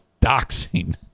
doxing